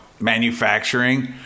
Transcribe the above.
manufacturing